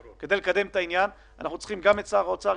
כדי לקדם את העניין אנחנו צריכים גם את שר האוצר,